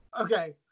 Okay